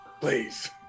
please